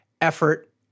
effort